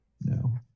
No